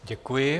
Děkuji.